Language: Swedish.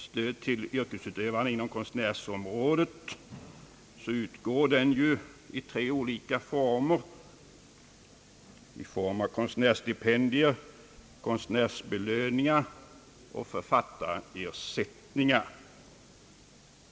Stöd till yrkesutövare inom konstnärsområdet utges i tre olika former: konstnärsstipendier, konstnärsbelöningar och författarersättningar.